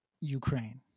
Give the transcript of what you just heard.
Ukraine